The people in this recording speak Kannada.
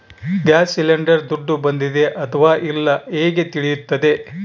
ಗ್ಯಾಸ್ ಸಿಲಿಂಡರ್ ದುಡ್ಡು ಬಂದಿದೆ ಅಥವಾ ಇಲ್ಲ ಹೇಗೆ ತಿಳಿಯುತ್ತದೆ?